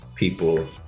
people